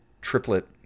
triplet